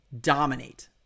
dominate